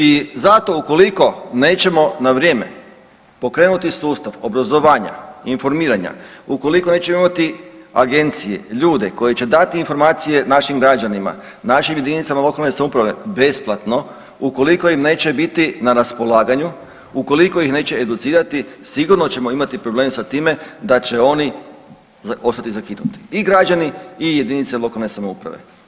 I zato ukoliko nećemo na vrijeme pokrenuti sustav obrazovanja, informiranja, ukoliko nećemo imati agencije, ljude koji će dati informacije našim građanima, našim jedinicama lokalne samouprave besplatno, ukoliko im neće biti na raspolaganju, ukoliko ih neće educirati sigurno ćemo imati problem sa time da će oni ostati zakinuti i građani i jedinice lokalne samouprave.